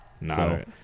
No